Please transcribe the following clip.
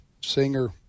singer